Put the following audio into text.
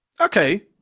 Okay